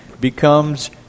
becomes